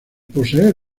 poseer